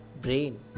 brain